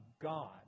God